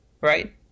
right